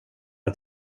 att